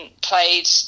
played